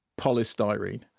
polystyrene